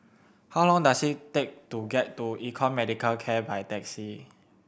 how long does it take to get to Econ Medicare K by taxi